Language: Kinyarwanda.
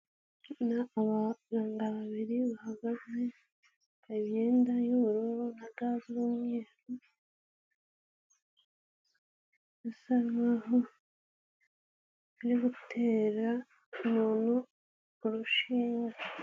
Abaganga babiri bahagaze bambaye imyenda y'ubururu na ga z'umweru basa nkaho bari gutera umuntu urushinge.